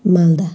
Malda